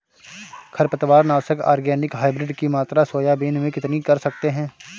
खरपतवार नाशक organic hybrid की मात्रा सोयाबीन में कितनी कर सकते हैं?